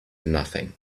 nothing